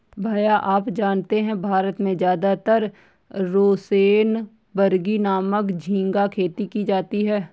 भैया आप जानते हैं भारत में ज्यादातर रोसेनबर्गी नामक झिंगा खेती की जाती है